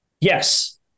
Yes